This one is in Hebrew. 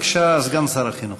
בבקשה, סגן שר החינוך.